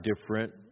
different